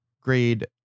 grade